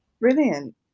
Brilliant